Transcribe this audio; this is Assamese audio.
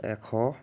এশ